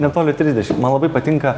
netoli trisdešim man labai patinka